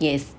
yes